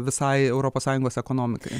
visai europos sąjungos ekonomikai